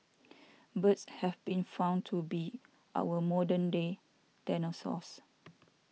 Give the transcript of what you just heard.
birds have been found to be our modern day dinosaurs